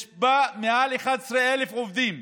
שיש בה מעל 11,000 עובדים.